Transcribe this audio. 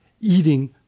eating